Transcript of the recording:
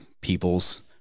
people's